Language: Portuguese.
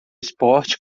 esporte